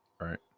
right